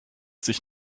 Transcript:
sich